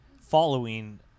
following